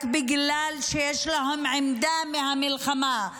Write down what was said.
רק בגלל שיש להם עמדה על המלחמה,